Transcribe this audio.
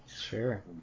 Sure